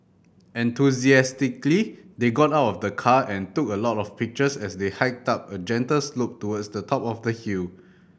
enthusiastically they got out of the car and took a lot of pictures as they hiked up a gentle slope towards the top of the hill